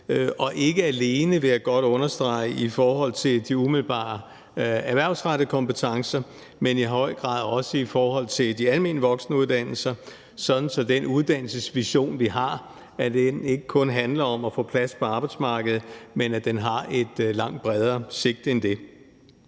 ikke alene, vil jeg godt understrege, i forhold til de umiddelbare erhvervsrettede kompetencer, men i høj grad også i forhold til de almene voksenuddannelser, sådan at den uddannelsesvision, vi har, ikke kun handler om at få plads på arbejdsmarkedet, men har et langt bredere sigte end det.